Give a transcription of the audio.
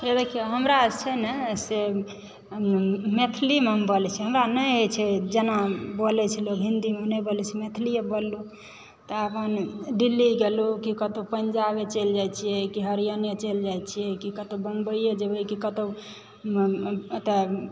हे देखियौ हमरा जे छै ने से मैथिलीमे हम बोलय छियै हमरा नहि होय छै जेना बोलय छै लोक हिंदीमे नहि बोलय छी मैथलिय बोललहुँ तऽ अपन डिल्ली गेलहुँ की कतहुँ पेञ्जाबे चलि जाइत छियै कि हरियाणे चलि जाय छियै कि कतहुँ बम्बइए जेबय कतहुँ एतहुँ